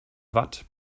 watt